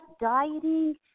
dieting